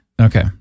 Okay